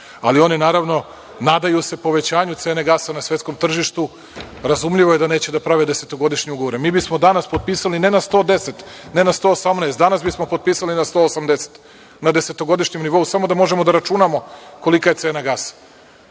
Oni se naravno nadaju povećanju cene gasa na svetskom tržištu, razumljivo je da neće da prave desetogodišnji ugovor. Mi bismo danas potpisali ne na 110, ne na 118, danas bismo potpisali na 180 na desetogodišnjem nivou, samo da možemo da računamo kolika je cena gasa.